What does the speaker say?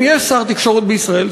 אם יש שר תקשורת בישראל,